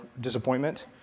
disappointment